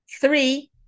Three